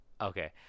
Okay